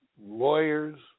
lawyers